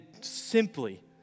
simply